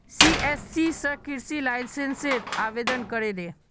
CSC स कृषि लाइसेंसेर आवेदन करे दे